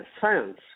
science